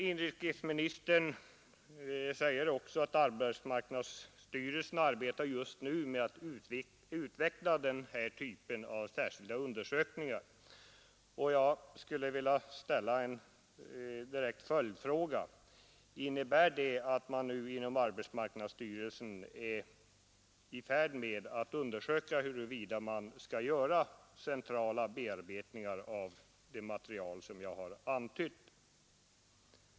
Inrikesministern säger också att arbetsmarknadsstyrelsen just nu arbetar med att utveckla den här typen av särskilda undersökningar. Jag skulle vilja ställa en direkt följdfråga: Innebär det att man nu inom arbetsmarknadsstyrelsen är i färd med att undersöka huruvida man skall göra sådana centrala bearbetningar av materialet som jag har antytt?